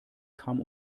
kam